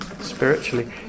Spiritually